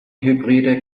hybride